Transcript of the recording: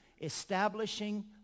Establishing